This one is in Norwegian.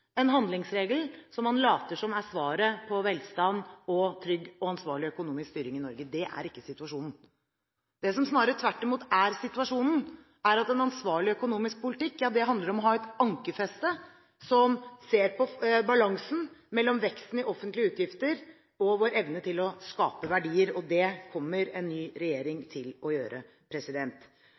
en handlingsregel som man later som er svaret på velstand og trygg og ansvarlig økonomisk styring i Norge. Det er ikke situasjonen. Det som tvert imot er situasjonen, er at en ansvarlig økonomisk politikk handler om å ha et ankerfeste som ser på balansen mellom veksten i offentlige utgifter og vår evne til å skape verdier. Det kommer en ny regjering til å gjøre.